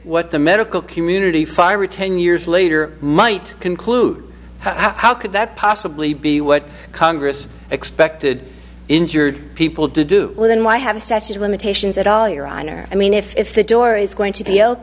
what the medical community five or ten years later might conclude how could that possibly be what congress expected injured people to do well then why have a statute of limitations at all your honor i mean if the door is going to be o